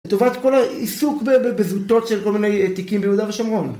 תובעת כל העיסוק בזוטות של כל מיני תיקים ביהודה ושומרון